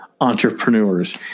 entrepreneurs